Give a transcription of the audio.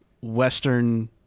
Western